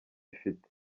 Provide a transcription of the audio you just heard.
ifite